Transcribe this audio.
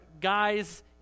guys